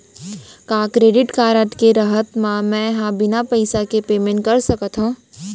का credit card के रहत म, मैं ह बिना पइसा के पेमेंट कर सकत हो?